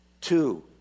Two